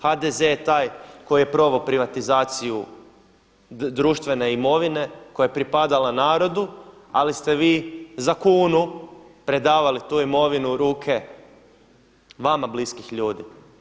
HDZ je taj koji je proveo privatizaciju društvene imovine koja je pripadala narodu, ali ste vi za kunu predavali tu imovinu u ruke vama bliskih ljudi.